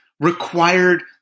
required